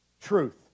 Truth